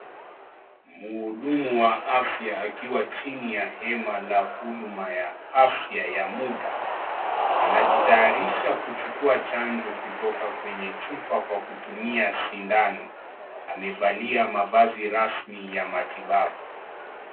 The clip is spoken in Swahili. Mhudumu wa afya akiwa chini ya hema la huduma ya afya ya muda amejitayarisha kuchukua chanjo kutoka kwenye chupa kwa kutumia sindano amevalia mavazi rasmi ya matibabu.